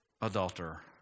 adulterer